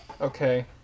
Okay